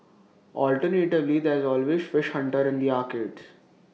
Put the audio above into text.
alternatively there's always fish Hunter in the arcades